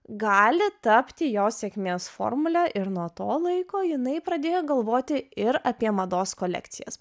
gali tapti jo sėkmės formulę ir nuo to laiko jinai pradėjo galvoti ir apie mados kolekcijas